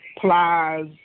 plies